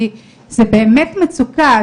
כי זאת באמת מצוקה.